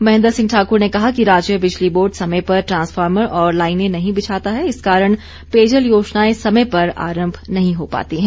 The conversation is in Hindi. महेन्द्र सिंह ठाकुर ने कहा कि राज्य बिजली बोर्ड समय पर ट्रांसफार्मर और लाइनें नहीं बिछाता है इस कारण पेयजल योजनाएं समय पर आरंभ नहीं हो पाती है